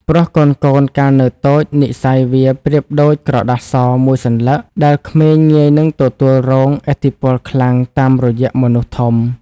ព្រោះកូនៗកាលនៅតូច និស្ស័យវាប្រៀបដូចក្រដាស ស មួយសន្លឹក ដែលក្មេងងាយនិងទទួលរងឥទ្ធិពលខ្លាំងតាមរយះមនុស្សធំ។